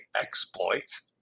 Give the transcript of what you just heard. exploits